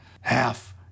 half